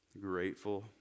grateful